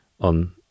on